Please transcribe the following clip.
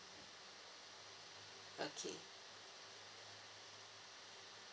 okay